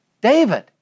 David